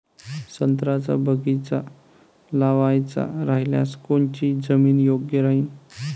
संत्र्याचा बगीचा लावायचा रायल्यास कोनची जमीन योग्य राहीन?